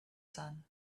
sun